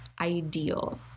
ideal